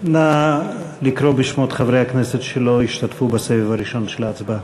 נא לקרוא בשמות חברי הכנסת שלא השתתפו בסבב הראשון של ההצבעה.